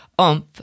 oomph